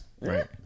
Right